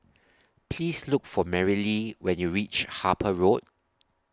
Please Look For Merrilee when YOU REACH Harper Road